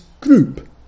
group